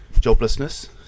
joblessness